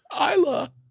Isla